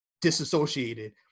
disassociated